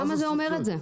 למה זה אומר את זה?